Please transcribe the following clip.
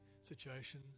situation